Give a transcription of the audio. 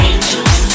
Angels